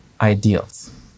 ideals